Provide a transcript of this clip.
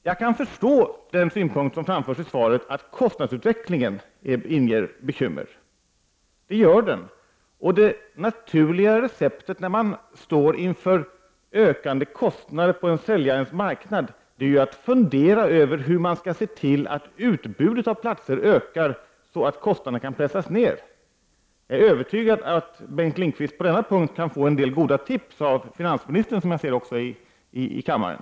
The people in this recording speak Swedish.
Jag kan förstå den synpunkt som framförs i svaret om att kostnadsutvecklingen inger bekymmer. Det gör den. Och det naturliga receptet när man står inför ökande kostnader på en ”säljarens marknad”, är ju att fundera över hur utbudet av platser kan ökas så att kostnaderna kan pressas ner. Jag är övertygad om att Bengt Lindqvist kan få en del goda tips på den punkten av finansministern, som jag ser här i kammaren.